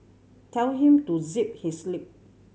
tell him to zip his lip